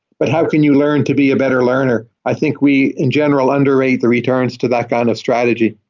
but how can you learn to be a better learner. i think we, in general, underrate the returns to that kind of strategy.